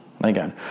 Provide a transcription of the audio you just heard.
Again